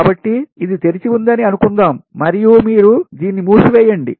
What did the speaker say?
కాబట్టి ఇది తెరిచి ఉందని అనుకుందాం మరియు మీరు దీన్ని మూసివేయండి